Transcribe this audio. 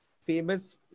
famous